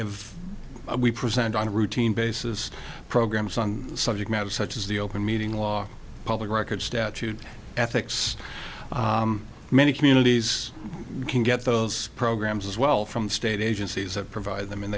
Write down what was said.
have we present on a routine basis programs on subject matter such as the open meeting law public records statute ethics many communities can get those programs as well from state agencies that provide them and